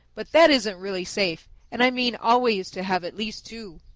but that isn't really safe, and i mean always to have at least two.